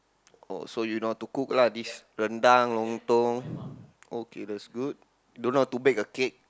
oh so you know how to cook lah this rendang Lontong okay that's good don't know how to bake a cake